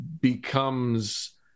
becomes